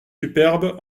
superbes